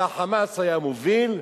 אלא ה"חמאס" היה המוביל.